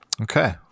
Okay